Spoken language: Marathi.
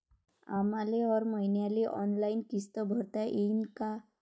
आम्हाले हर मईन्याले ऑनलाईन किस्त भरता येईन का?